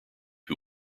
who